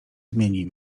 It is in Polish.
zmieni